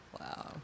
Wow